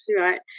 right